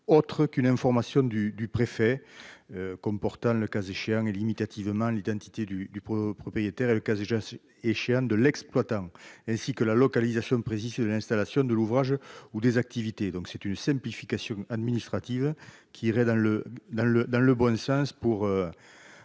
autre qu'une information du du préfet comportant, le cas échéant et limitativement l'identité du du propriétaire, et le quasi-et de l'exploitant, ainsi que la localisation précise l'installation de l'ouvrage ou des activités, donc c'est une simplification administrative qui irait dans le dans le